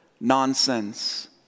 Nonsense